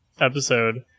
episode